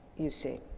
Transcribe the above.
you see.